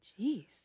Jeez